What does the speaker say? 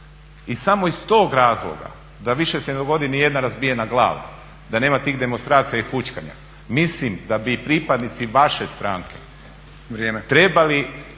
I samo iz toga razloga da više se ne dogodi niti jedna razbijena glava, da nema tih demonstracija i fućkanja mislim da bi i pripadnici vaše stranke trebali